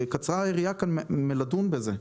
קצרה היריעה כאן מלדון בזה,